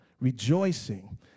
rejoicing